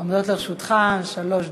עומדות לרשותך שלוש דקות.